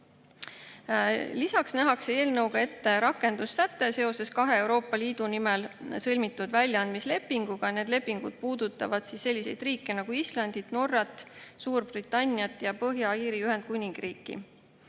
Lisaks nähakse eelnõuga ette rakendussäte seoses kahe Euroopa Liidu nimel sõlmitud väljaandmislepinguga. Need lepingud puudutavad selliseid riike nagu Island, Norra, Suurbritannia ja Põhja-Iiri Ühendkuningriik.